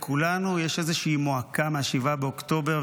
שלכולנו יש איזושהי מועקה מ-7 באוקטובר,